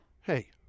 Hey